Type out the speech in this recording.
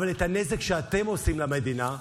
אבל את הנזק שאתם עושים למדינה,